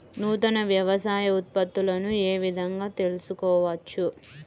నూతన వ్యవసాయ ఉత్పత్తులను ఏ విధంగా తెలుసుకోవచ్చు?